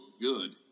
good